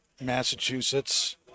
Massachusetts